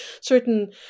certain